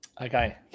Okay